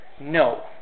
no